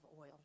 oil